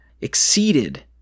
exceeded